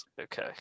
okay